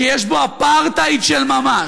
שיש בו אפרטהייד של ממש,